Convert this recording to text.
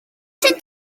sydd